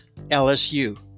LSU